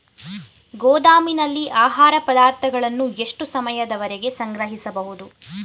ಗೋದಾಮಿನಲ್ಲಿ ಆಹಾರ ಪದಾರ್ಥಗಳನ್ನು ಎಷ್ಟು ಸಮಯದವರೆಗೆ ಸಂಗ್ರಹಿಸಬಹುದು?